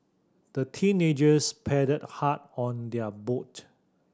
the teenagers paddled hard on their boat